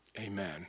Amen